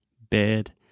bed